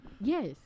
Yes